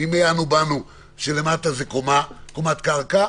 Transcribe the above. שלמטה זה קומת קרקע,